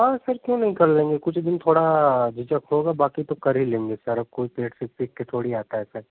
हाँ सर क्यों नहीं कर लेंगे कुछ दिन थोड़ा झिजक होगा बाकी तो कर ही लेंगे कोई पेट से सीख थोड़ी आता है सर